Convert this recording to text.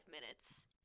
minutes